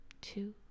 two